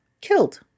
killed